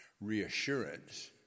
reassurance